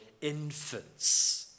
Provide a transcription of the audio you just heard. infants